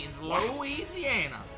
Louisiana